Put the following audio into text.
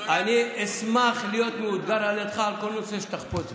אני אשמח להיות מאותגר על ידך בכל נושא שתחפוץ בו,